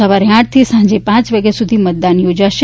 સવારે આઠથી સાંજે પાંચ વાગ્યા સુધી મતદાન યોજાશે